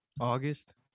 August